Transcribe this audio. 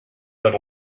that